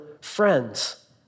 friends